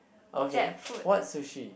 okay what sushi